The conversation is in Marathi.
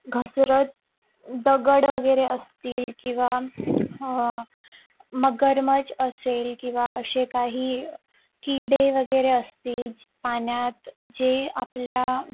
घसरत दगड वगैरे असतील किंवा मगरमच्छ असेल किंवा असे काही किडे वगैरे असतील ज पाण्यात जे आपल्या